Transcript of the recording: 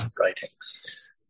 writings